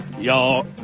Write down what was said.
Y'all